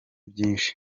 byinshi